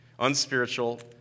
unspiritual